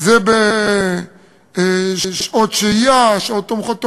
זה בשעות שהייה, שעות תומכות הוראה,